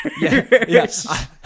Yes